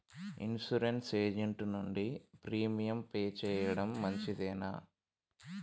Insurance agent నుండి premium pay చేయడం మంచిదేనా?